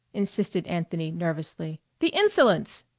insisted anthony nervously, the insolence!